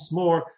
more